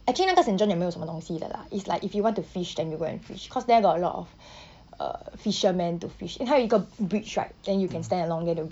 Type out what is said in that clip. actually 那个 saint john 也没有什么东西的啦 it's like if you want to fish then you go and fish because there got a lot of uh fisherman to fish 因为他有一个 bridge right then you can stand along there to